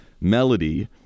melody